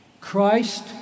Christ